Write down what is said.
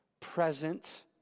present